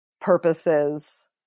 purposes